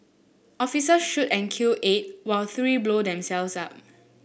officer shoot and kill eight while three blow themselves up